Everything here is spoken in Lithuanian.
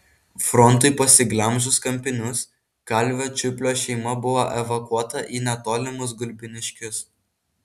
frontui pasiglemžus kampinius kalvio čiuplio šeima buvo evakuota į netolimus gulbiniškius